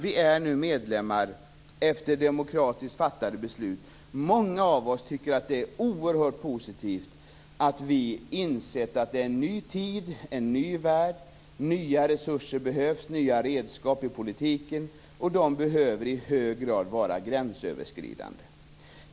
Vi är nu medlemmar efter demokratiskt fattade beslut. Många av oss tycker att det är oerhört positivt att vi insett att det är en ny tid, en ny värld. Nya resurser och nya redskap behövs i politiken, och de behöver i hög grad vara gränsöverskridande.